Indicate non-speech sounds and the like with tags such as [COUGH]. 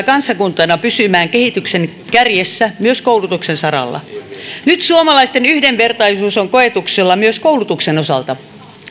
[UNINTELLIGIBLE] kansakuntana pysymään kehityksen kärjessä myös koulutuksen saralla nyt suomalaisten yhdenvertaisuus on koetuksella myös koulutuksen osalta